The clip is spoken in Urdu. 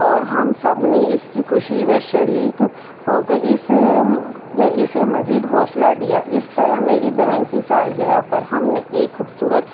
اور ہم سب نے اس کی خوشی میں شریک ہو کر اس اسے مزید حوصلہ دیا اس طرح میری بہن کی سالگرہ پر ہم نے ایک خوبصورت